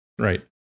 right